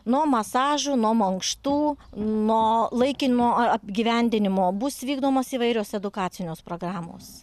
nuo masažų nuo mankštų nuo laikino apgyvendinimo bus vykdomos įvairios edukacinės programos